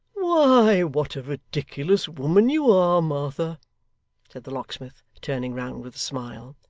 why, what a ridiculous woman you are, martha said the locksmith, turning round with a smile.